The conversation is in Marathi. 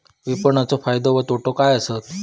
विपणाचो फायदो व तोटो काय आसत?